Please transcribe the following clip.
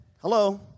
Hello